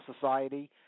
Society